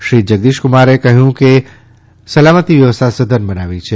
શ્રી જગદીશ કુમારે કહ્યું કે સલામતિ વ્યવસ્થા સધન બનાવી છે